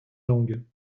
langues